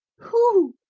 who?